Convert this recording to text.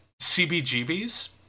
CBGB's